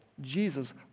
Jesus